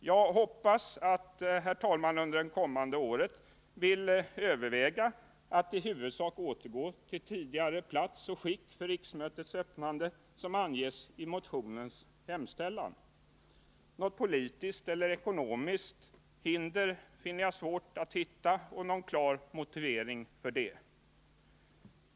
Jag hoppas att talmannen under det kommande året vill överväga att i huvudsak återgå till tidigare plats och skick för riksmötets öppnande, vilket också anges i motionens hemställan. Något politiskt eller ekonomiskt hinder har jag svårt att finna någon klar motivering för.